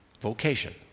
vocation